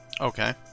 okay